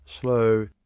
slow